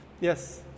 Yes